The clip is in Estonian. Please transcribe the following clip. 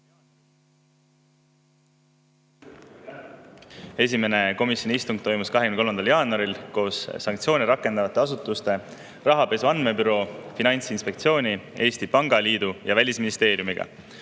Esimene komisjoni istung toimus 23. jaanuaril koos sanktsioone rakendavate asutustega, nagu Rahapesu Andmebüroo, Finantsinspektsioon, Eesti Pangaliit ja Välisministeerium.